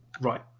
right